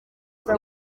iyo